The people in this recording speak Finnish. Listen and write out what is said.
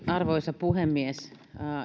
arvoisa puhemies